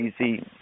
easy